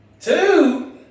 Two